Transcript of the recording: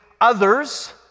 others